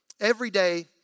everyday